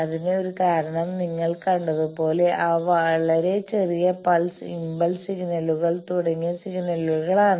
അതിന് ഒരു കാരണം നിങ്ങൾ കണ്ടതുപോലെ ആ വളരെ ചെറിയ പൾസ് ഇംപൾസ് സിഗ്നലുകൾ തുടങ്ങിയ സിഗ്നലുകലാണ്